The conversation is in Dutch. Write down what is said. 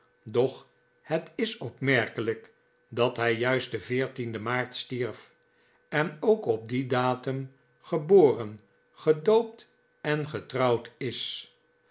doch het is opmerkelijk dat hij juist den veertienden maart stierf en ook op dien datum geboren gedoopt en getrouwd is